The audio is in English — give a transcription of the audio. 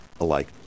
alike